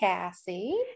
Cassie